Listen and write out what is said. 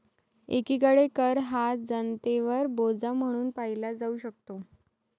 एकीकडे कर हा जनतेवर बोजा म्हणून पाहिला जाऊ शकतो